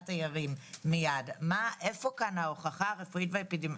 תיירים מיד איפה ההוכחה הרפואית והאפידמיולוגית?